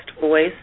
voice